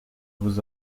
vos